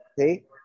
okay